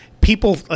people